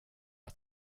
att